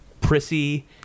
prissy